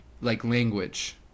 language